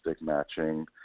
matching